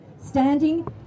standing